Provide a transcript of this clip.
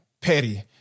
petty